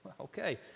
Okay